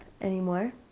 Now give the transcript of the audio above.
anymore